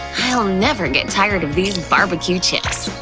i'll never get tired of these barbecue chips.